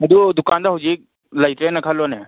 ꯃꯗꯨ ꯗꯨꯀꯥꯟꯗ ꯍꯧꯖꯤꯛ ꯂꯩꯇ꯭ꯔꯦꯅ ꯈꯜꯂꯣꯅꯦ